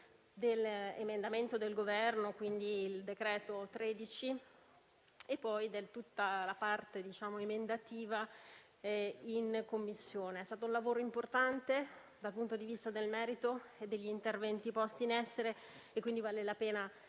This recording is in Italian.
dell'emendamento del Governo riferito al decreto-legge n. 13 del 2022, e poi di tutta la parte emendativa in Commissione. È stato un lavoro importante dal punto di vista del merito e degli interventi posti in essere, quindi vale la pena